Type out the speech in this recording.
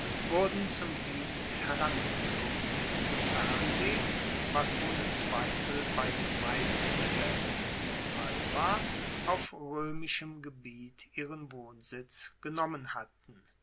wurden zum dienst herangezogen sofern sie was ohne zweifel bei den meisten derselben der fall war auf roemischem gebiet ihren wohnsitz genommen hatten